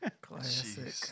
Classic